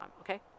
okay